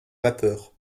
vapeur